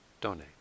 donate